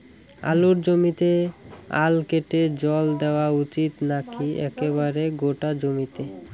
আলুর জমিতে আল কেটে জল দেওয়া উচিৎ নাকি একেবারে গোটা জমিতে?